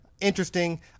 Interesting